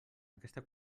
aquesta